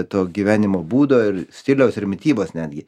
to gyvenimo būdo ir stiliaus ir mitybos netgi